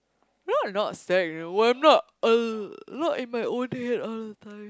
you all are not sad you know where I'm not not in my own head all the time